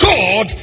God